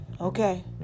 Okay